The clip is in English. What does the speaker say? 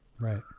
Right